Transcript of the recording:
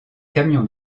camion